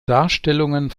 darstellungen